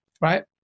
right